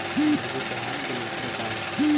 मुर्गी के आहार के मात्रा का होखे?